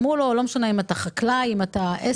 אמרו לו: לא משנה אם אתה חקלאי, אם אתה עסק